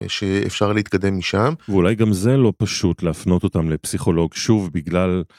שאפשר להתקדם משם. ואולי גם זה לא פשוט להפנות אותם לפסיכולוג שוב בגלל.